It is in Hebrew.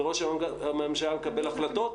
וראש הממשלה מקבל החלטות,